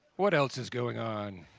what else is going on?